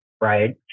Right